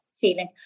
feeling